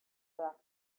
back